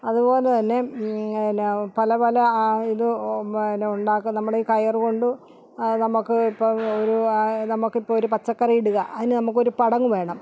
അതുപോലെ തന്നെ എന്നാ പലപല എന്നാ ഇത് ഉണ്ടാക്കുന്ന നമ്മുടെ ഈ കയറുകൊണ്ട് നമുക്ക് ഇപ്പോൾ ഒരു നമുക്ക് ഇപ്പം ഒരു പച്ചക്കറി ഇടുക അതിന് നമുക്കൊരു പടങ്ങ് വേണം